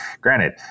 granted